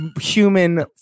human